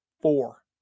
Four